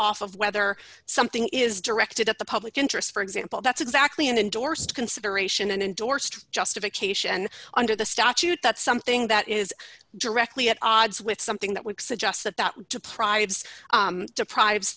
off of whether something is directed at the public interest for example that's exactly endorsed consideration and endorsed justification under the statute that something that is directly at odds with something that would suggest that that deprives deprives